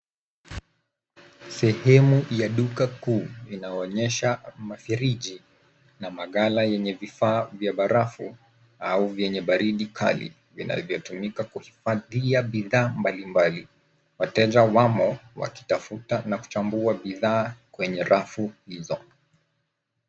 Sehemu ya duka kuu inaonyesha mafiriji na magala yenye vifaa vya barafu au vyenye baridi kali vinavyotumika kuhifadhia bidhaa mbalimbali. Wateja wamo wakitafita na kuchambua bidhaa kwenye rafu hizo.